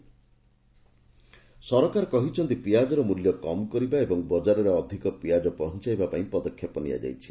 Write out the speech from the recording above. onion price ସରକାର କହିଛନ୍ତି ପିଆଜର ମୂଲ୍ୟ କମ୍ କରିବା ଓ ବଜାରରେ ଅଧିକ ପିଆଜ ପହଞ୍ଚାଇବା ପାଇଁ ପଦକ୍ଷେପ ନିଆଯାଇଛି